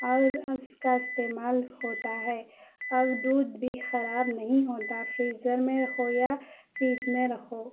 اور اس کا استعمال ہوتا ہے اور دودھ بھی خراب نہیں ہوتا فریزر میں رخو یا فریج میں رخو